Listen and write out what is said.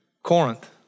Corinth